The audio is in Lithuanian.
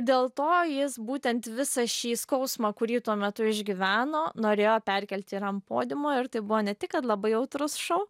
dėl to jis būtent visą šį skausmą kurį tuo metu išgyveno norėjo perkelti ir an podiumo ir tai buvo ne tik labai jautrus šou